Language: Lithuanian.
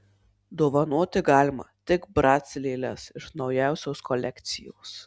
dovanoti galima tik brac lėles iš naujausios kolekcijos